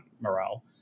morale